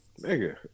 nigga